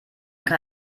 kann